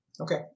Okay